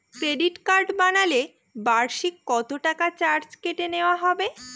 Credit card বানালে বার্ষিক কত টাকা চার্জ কেটে নেওয়া হবে?